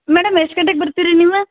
madam ಎಷ್ಟು ಗಂಟೆಗೆ ಬರ್ತೀರಿ ನೀವು